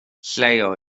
lleoedd